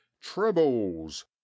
Trebles